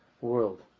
world